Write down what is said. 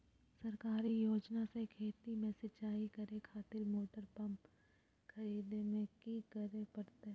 सरकारी योजना से खेत में सिंचाई करे खातिर मोटर पंप खरीदे में की करे परतय?